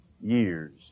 years